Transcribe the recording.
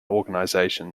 organization